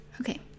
Okay